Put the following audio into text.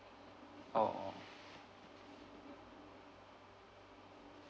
orh orh